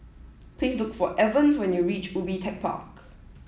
please look for Evans when you reach Ubi Tech Park